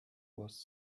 was